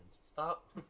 Stop